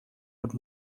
would